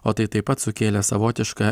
o tai taip pat sukėlė savotišką